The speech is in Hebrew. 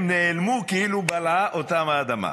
הם נעלמו כאילו בלעה אותם האדמה,